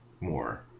more